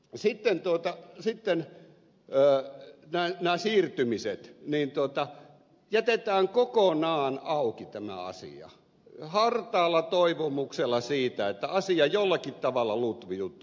sitten soitan sinne tänne ja täällä maan siirtymisen nämä siirtymiset jätetään kokonaan auki hartaalla toivomuksella siitä että asia jollakin tavalla lutviutuu